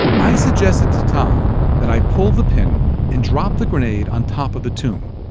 i suggested to tom that i pull the pin and drop the grenade on top of the tomb.